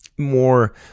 more